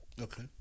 Okay